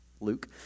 Luke